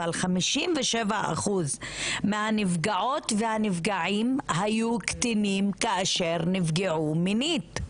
אבל חמישים ושבע אחוז מהנפגעות והנפגעים היו קטינים כאשר נפגעו מינית.